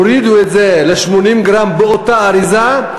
הורידו את זה ל-80 גרם באותה אריזה.